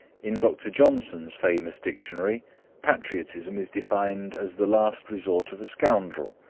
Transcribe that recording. in dr. johnson's famous dictionary patriotism is defined as the last resort of a scoundrel.